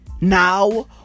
Now